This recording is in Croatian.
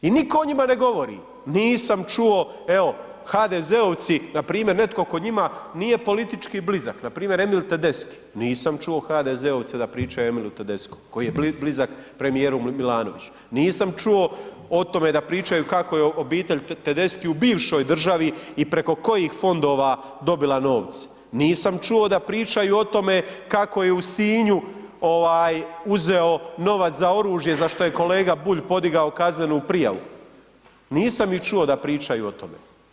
I nitko o njima ne govori, nisam čuo, evo HDZ-ovci npr. netko tko njima nije politički blizak npr. Emil Tedeschi, nisam čuo HDZ-ovce da pričaju o Emilu Tedeschom koji je blizak premijeru Milanoviću, nisam čuo o tome da pričaju kako je obitelj Tedeschi u bivšoj državi preko kojih fondova dobila novce, nisam čuo da pričaju o tome kako je u Sinju ovaj uzeo novac za oružje za što je kolega Bulj podigao kaznenu prijavu, nisam ih čuo da pričaju o tome.